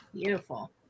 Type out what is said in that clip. Beautiful